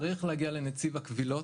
צריך להגיע לנציב הקבילות.